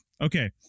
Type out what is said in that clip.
Okay